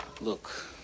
Look